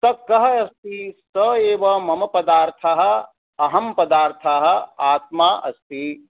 तत् कः अस्मि स एव मम पदार्थः अहं पदार्थाः आत्मा अस्ति